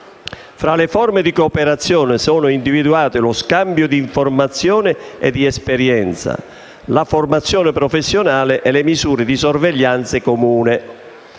Fra le forme di cooperazione sono individuate lo scambio di informazioni e di esperienze, la formazione professionale e le misure di sorveglianza comune.